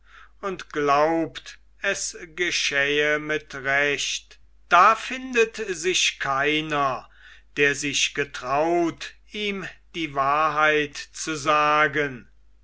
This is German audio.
und glaubt es geschähe mit recht da findet sich keiner der sich getraut ihm die wahrheit zu sagen so